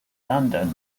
london